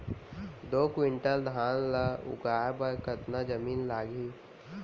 दो क्विंटल धान ला उगाए बर कतका जमीन लागही?